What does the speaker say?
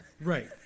Right